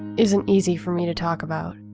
isn't easy for me to talk about.